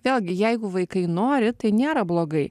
vėlgi jeigu vaikai nori tai nėra blogai